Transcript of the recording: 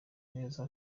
neza